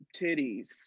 titties